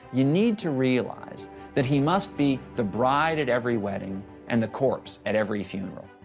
you need to realize that he must be the bride at every wedding and the corpse at every funeral.